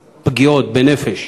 מספר הפגיעות בנפש